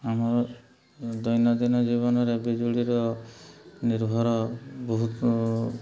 ଆମର ଦୈନନ୍ଦିନ ଜୀବନରେ ବିଜୁଳିର ନିର୍ଭର ବହୁତ